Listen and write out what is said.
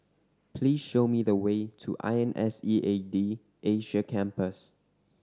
please show me the way to I N S E A D Asia Campus